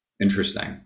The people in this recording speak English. Interesting